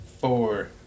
four